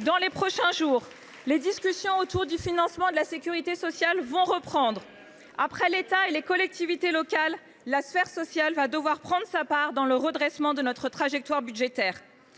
Dans les prochains jours, les discussions autour du financement de la sécurité sociale vont reprendre. Après l’État et les collectivités locales, la sphère sociale va devoir prendre sa part dans le redressement de notre trajectoire budgétaire.